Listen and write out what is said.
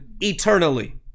eternally